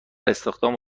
استخدام